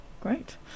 Great